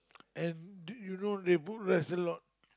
and do you know they book rice a lot